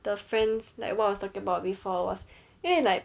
the friends like what I was talking about before was 因为 like